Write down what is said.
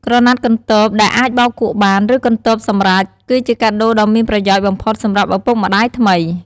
ក្រណាត់កន្ទបដែលអាចបោកគក់បាន ឬកន្ទបសម្រេច គឺជាកាដូដ៏មានប្រយោជន៍បំផុតសម្រាប់ឪពុកម្តាយថ្មី។